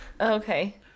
Okay